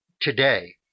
today